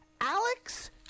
Alex